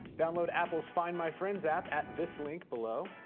download apple's find my friends app at this link below,